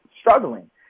struggling